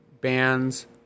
bands—